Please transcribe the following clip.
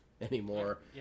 anymore